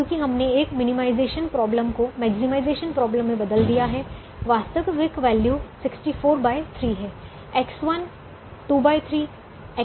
क्योंकि हमने एक मिनिमाइजेशन प्रॉब्लम को मैक्सिमाइजेशन प्रॉब्लम में बदल दिया है वास्तविक वैल्यू 643 है X1 23 X2 103 643 है